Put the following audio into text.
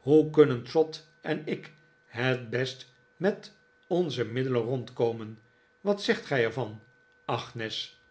hoe kunnen trot en ik het best met onze middelen rondkomen wat zegt gij er van r agnes